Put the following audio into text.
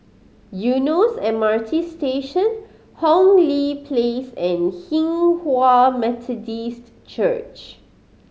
Eunos M R T Station Hong Lee Place and Hinghwa Methodist Church